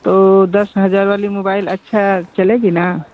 तो दस हजार वाली मोबाईल अच्छा चलेगा ना